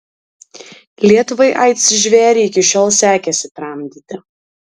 lietuvai aids žvėrį iki šiol sekėsi tramdyti